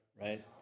right